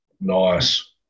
Nice